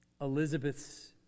Elizabeth's